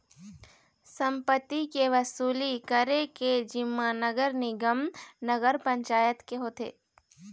सम्पत्ति कर के वसूली करे के जिम्मा नगर निगम, नगर पंचायत के होथे